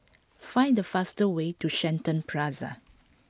find the fastest way to Shenton Plaza